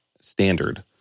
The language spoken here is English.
standard